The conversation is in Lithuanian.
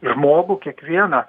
žmogų kiekvieną